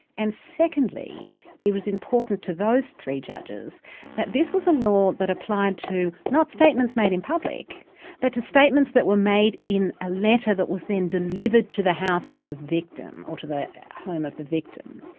and secondly it was important to those three judges that this was a law that applied to not statements made in public but to statements that were made in a letter that was then delivered to the house of the victim or to the home of the victim,